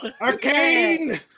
Arcane